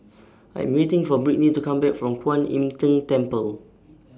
I Am waiting For Brittni to Come Back from Kwan Im Tng Temple